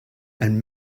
and